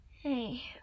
Hey